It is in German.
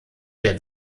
der